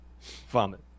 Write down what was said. Vomit